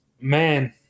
man